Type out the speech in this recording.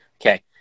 Okay